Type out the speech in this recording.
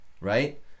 right